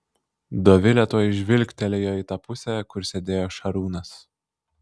dovilė tuoj žvilgtelėjo į tą pusę kur sėdėjo šarūnas